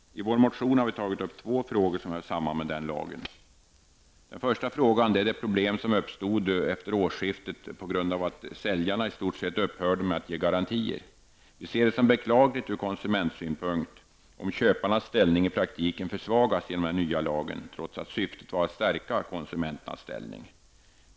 I vår motion har vi tagit upp två frågor som hör samman med denna lag. Den första frågan gäller det problem som uppstod efter årsskiftet på grund av att säljarna i stort sett upphörde med att ge garantier. Vi anser det vara beklagligt ur konsumentsynpunkt om köparnas ställning genom den nya lagen i praktiken försvagas, trots att syftet var att stärka konsumenternas ställning.